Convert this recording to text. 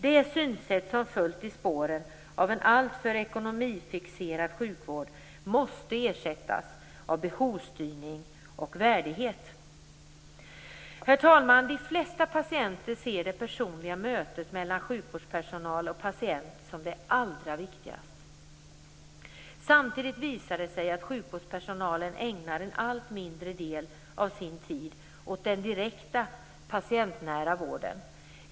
Det synsätt som följt i spåren av en alltför ekonomifixerad sjukvård måste ersättas av behovsstyrning och värdighet. Herr talman! De flesta patienter ser det personliga mötet mellan sjukvårdspersonal och patient som det allra viktigaste. Samtidigt visar det sig att sjukvårdspersonalen ägnar en allt mindre del av sin tid åt den direkta patientnära vården.